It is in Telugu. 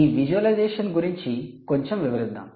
ఈ విజువలైజేషన్ గురించి కొంచెం వివరిద్దాం